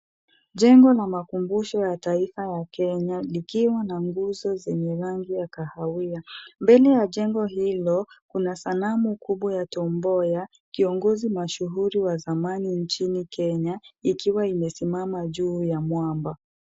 Jengo la makumbusho ya taifa ya kenya likiwa na nguzo zenye rangi ya kahawia. Mbele ya jengo hilo, kuna sanamu kubwa ya Tom Mboya, kiongozi mashuhuri wa zamani nchini kenya ikiwa imesimama juu ya mwamba.